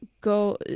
go